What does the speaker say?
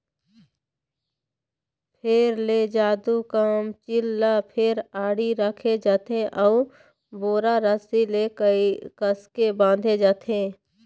फेर ले दू कमचील ल फेर आड़ी रखे जाथे अउ बोरा रस्सी ले कसके बांधे जाथे